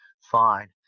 Fine